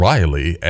Riley